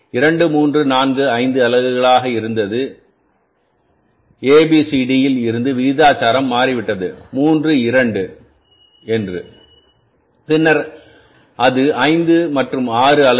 2 3 4 5 அலகுகளிலிருந்துஆக இருக்கலாம்சொல்ல A B C D இலிருந்து விகிதாச்சாரம் மாறிவிட்டது 3 2என்று பின்னர் அது 5 மற்றும் 6 அலகுகள்